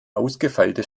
ausgefeilte